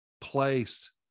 placed